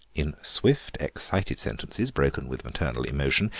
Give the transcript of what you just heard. in swift, excited sentences, broken with maternal emotion,